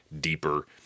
deeper